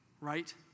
right